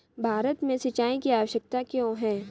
भारत में सिंचाई की आवश्यकता क्यों है?